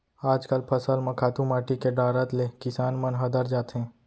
आजकल फसल म खातू माटी के डारत ले किसान मन हदर जाथें